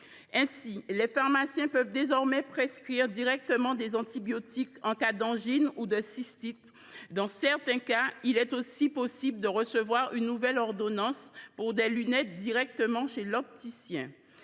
Ainsi, les pharmaciens peuvent désormais prescrire directement des antibiotiques en cas d’angine ou de cystite. Dans certains cas, il est aussi possible de recevoir une nouvelle ordonnance pour des lunettes directement chez l’opticien.